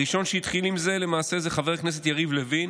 הראשון שהתחיל עם זה למעשה זה חבר הכנסת יריב לוין